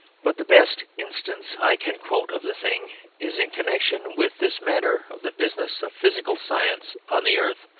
but the best instance i can quote of the thing is in connection with this matter of the business of physical science on the earth,